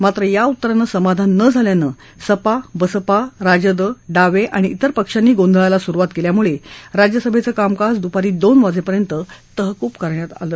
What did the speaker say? मात्र या उत्तरानं समाधान न झाल्यानं सपा बसपा राजद डावे आणि तिर पक्षांनी गोंधळाला सुरुवात केल्यामुळे राज्यसभेचं कामकाज दुपारी दोन वाजेपर्यंत तहकूब करण्यात आलं